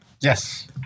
Yes